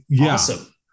Awesome